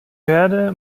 werde